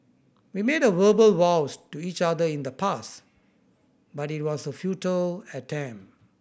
we made a verbal vows to each other in the past but it was a futile attempt